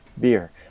beer